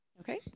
Okay